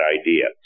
idea